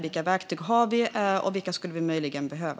Vilka verktyg har vi, och vilka skulle vi möjligen behöva?